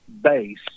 base